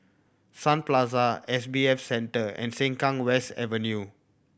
Sun Plaza S B F Center and Sengkang West Avenue